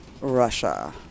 Russia